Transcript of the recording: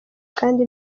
kandi